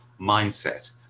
mindset